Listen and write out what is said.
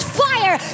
fire